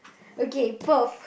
okay perv